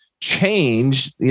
change